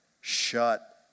shut